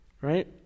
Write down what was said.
Right